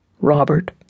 Robert